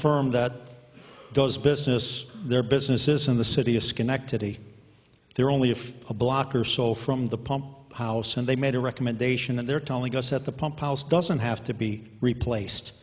firm that does business their business is in the city of schenectady they're only if a block or so from the pump house and they made a recommendation that they're telling us at the pump house doesn't have to be replaced